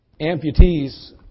Amputees